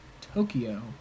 Tokyo